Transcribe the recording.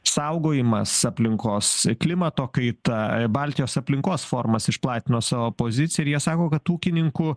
saugojimas aplinkos klimato kaita a baltijos aplinkos forumas išplatino savo poziciją ir jie sako kad ūkininkų